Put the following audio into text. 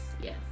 yes